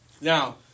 Now